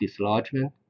dislodgement